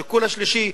ושיקול שלישי,